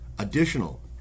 Additional